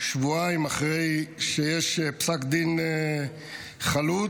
שבועיים אחרי שיש פסק דין חלוט,